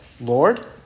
Lord